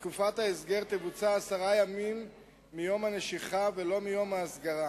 תקופת ההסגר תבוצע עשרה ימים מיום הנשיכה ולא מיום ההסגרה,